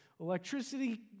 electricity